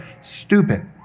stupid